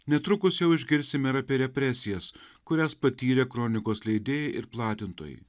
netrukus jau išgirsime ir apie represijas kurias patyrė kronikos leidėjai ir platintojai